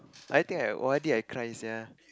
I think I o_r_d I cry sia